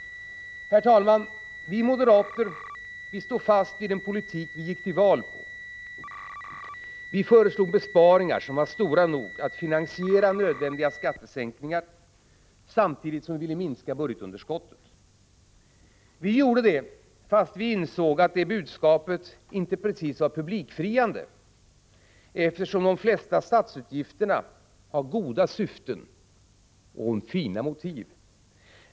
Herr talman! Vi moderater står fast vid den politik som vi gick till val på. Vi föreslog besparingar som var stora nog att finansiera nödvändiga skattesänkningar samtidigt som vi ville minska budgetunderskottet. Vi gjorde det, fast vi insåg att detta budskap inte precis var publikfriande, eftersom de flesta statsutgifterna har goda syften och fina motiv.